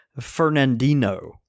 Fernandino